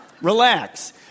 Relax